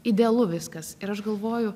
idealu viskas ir aš galvoju